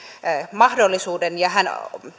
mahdollisuuden ja hän